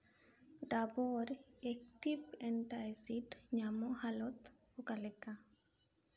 Dabur active ᱮᱱᱟᱭᱥᱤᱰ ᱧᱟᱢᱚᱜ ᱦᱟᱞᱚᱛ ᱚᱠᱟ ᱞᱮᱠᱟ